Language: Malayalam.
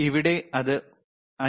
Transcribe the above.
ഇവിടെ ഇത് 5